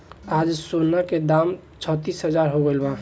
आज सोना के दाम छत्तीस हजार हो गइल बा